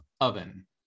oven